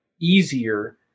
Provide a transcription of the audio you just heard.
easier